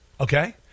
Okay